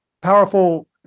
powerful